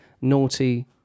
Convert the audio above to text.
naughty